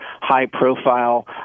high-profile